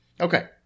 Okay